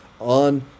on